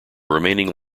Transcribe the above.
remaining